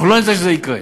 אנחנו לא ניתן שזה יקרה.